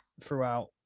throughout